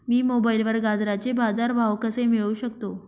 मी मोबाईलवर गाजराचे बाजार भाव कसे मिळवू शकतो?